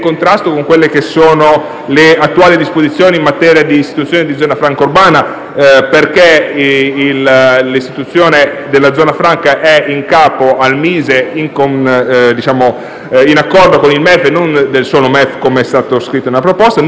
le attuali disposizioni in materia di istituzione di zona franca urbana, perché l'istituzione della zona franca è in capo al MISE in accordo con il MEF e non del solo MEF come è stato scritto nella proposta; non si teneva conto del fatto che